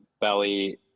Belly